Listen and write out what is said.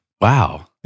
Wow